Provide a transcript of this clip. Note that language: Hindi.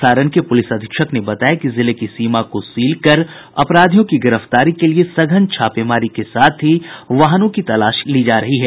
सारण के पुलिस अधीक्षक ने बताया कि जिले की सीमा को सील कर अपराधियों की गिरफ्तारी के लिए सघन छापेमारी के साथ ही वाहनों की तलाशी ली जा रही है